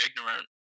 ignorant